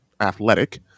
athletic